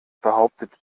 behauptet